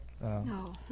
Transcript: no